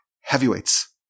heavyweights